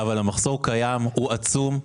אבל המחסור קיים והוא עצום.